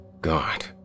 God